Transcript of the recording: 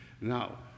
Now